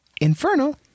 Infernal